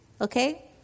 okay